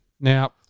Now